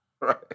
Right